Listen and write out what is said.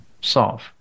solve